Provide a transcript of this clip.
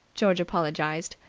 george apologized.